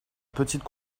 petite